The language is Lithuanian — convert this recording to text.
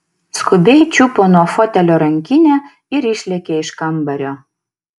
skubiai čiupo nuo fotelio rankinę ir išlėkė iš kambario